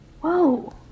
Whoa